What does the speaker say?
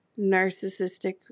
narcissistic